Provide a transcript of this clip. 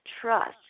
trust